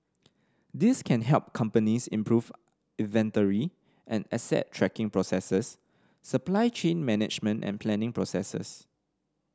these can help companies improve inventory and asset tracking processes supply chain management and planning processes